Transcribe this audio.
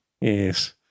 Yes